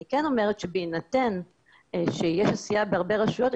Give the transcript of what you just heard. אני כן אומרת שבהינתן שיש עשייה בהרבה רשויות,